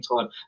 time